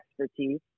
expertise